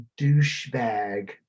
douchebag